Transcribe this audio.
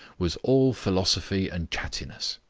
was all philosophy and chattiness.